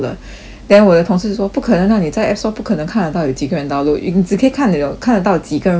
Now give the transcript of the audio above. then 我的同事就说不可能 ah 你在 app store 不可能看得到有几个人 download 你只可以看 your 看得到几个人 review